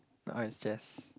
now it's just